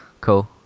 cool